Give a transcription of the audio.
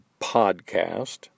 Podcast